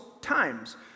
times